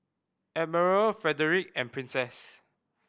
Admiral Frederic and Princess